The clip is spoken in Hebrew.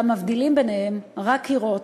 אולם מבדילים ביניהם רק קירות,